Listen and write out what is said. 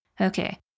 Okay